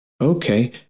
Okay